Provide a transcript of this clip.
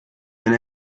wenn